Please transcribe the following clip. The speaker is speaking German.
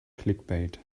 clickbait